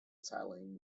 italian